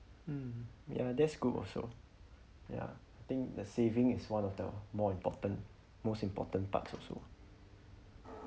mm ya that's good also ya I think the saving is one of the more important most important part also